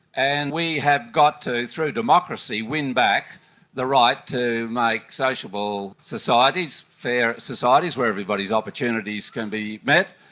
and we have got to, through democracy, win back the right to make sociable societies, fair societies where everybody's opportunities can be met,